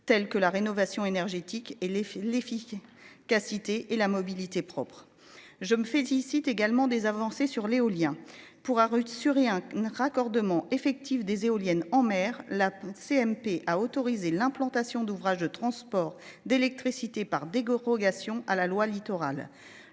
telles que la rénovation énergétique et les les fichiers. Cacité et la mobilité propre je me fais Icitte également des avancées sur l'éolien pourra rude sur et un raccordement effectifs des éoliennes en mer. La CMP a autorisé l'implantation d'ouvrages de transport d'électricité par des goures rogations à la loi littoral.